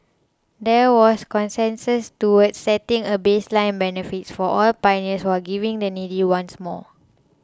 there was consensus towards setting a baseline benefits for all pioneers while giving the needy ones more